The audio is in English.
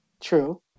True